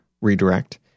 redirect